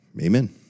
Amen